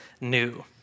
new